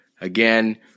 again